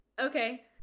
Okay